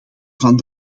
van